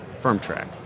FirmTrack